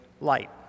light